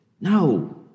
no